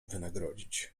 wynagrodzić